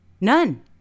None